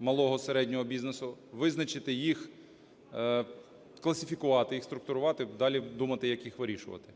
малого і середнього бізнесу, визначити їх, класифікувати їх, структурувати, далі думати, як їх вирішувати.